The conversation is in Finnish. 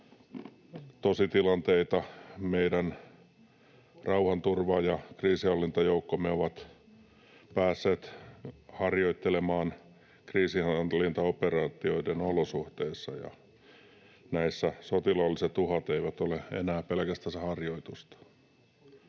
tositilanteita meidän rauhanturva‑ ja kriisinhallintajoukkomme ovat päässeet harjoittelemaan kriisinhallintaoperaatioiden olosuhteissa, ja näissä sotilaalliset uhat eivät ole enää pelkästään harjoitusta.